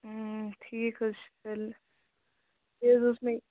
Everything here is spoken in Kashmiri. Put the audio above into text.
ٹھیٖک حٲز چُھ تیٚلہِ بیٚیہِ حٲز اوس مےٚ